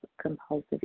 compulsive